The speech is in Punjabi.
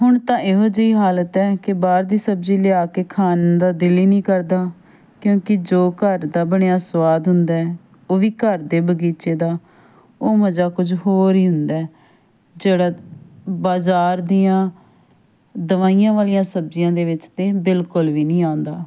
ਹੁਣ ਤਾਂ ਇਹੋ ਜਿਹੀ ਹਾਲਤ ਹੈ ਕਿ ਬਾਹਰ ਦੀ ਸਬਜ਼ੀ ਲਿਆ ਕੇ ਖਾਣ ਦਾ ਦਿਲ ਹੀ ਨਹੀਂ ਕਰਦਾ ਕਿਉਂਕਿ ਜੋ ਘਰ ਦਾ ਬਣਿਆ ਸਵਾਦ ਹੁੰਦਾ ਉਹ ਵੀ ਘਰ ਦੇ ਬਗੀਚੇ ਦਾ ਉਹ ਮਜ਼ਾ ਕੁਝ ਹੋਰ ਹੀ ਹੁੰਦਾ ਜਿਹੜਾ ਬਜ਼ਾਰ ਦੀਆਂ ਦਵਾਈਆਂ ਵਾਲੀਆਂ ਸਬਜ਼ੀਆਂ ਦੇ ਵਿੱਚ ਤਾਂ ਬਿਲਕੁਲ ਵੀ ਨਹੀਂ ਆਉਂਦਾ